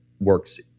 works